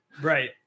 Right